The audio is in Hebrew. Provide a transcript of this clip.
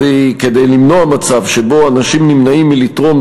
כדי למנוע מצב שבו אנשים נמנעים מלתרום